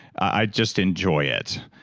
i just enjoy it.